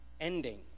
ending